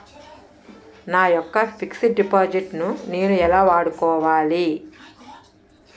నా యెక్క fixed deposit ను నేను ఎలా వాడుకోవాలి?